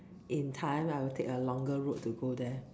in time I will take a longer route to go there